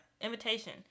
invitation